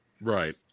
Right